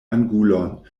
angulon